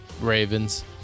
Ravens